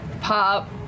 Pop